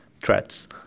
threats